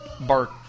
bark